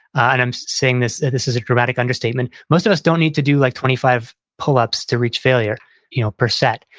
and i'm saying this this is a dramatic understatement. most of us don't need to do like twenty five ups to reach failure you know per set.